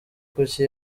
kuki